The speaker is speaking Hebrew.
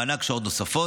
מענק שעות נוספות